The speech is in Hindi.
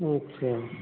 अच्छा